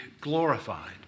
glorified